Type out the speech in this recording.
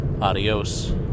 Adios